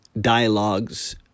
dialogues